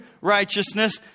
righteousness